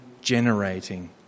generating